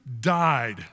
died